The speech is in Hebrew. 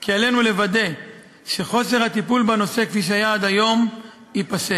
כי עלינו לוודא שחוסר הטיפול בנושא כפי שהיה עד היום ייפסק.